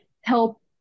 help